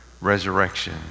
resurrection